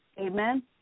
Amen